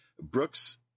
brooks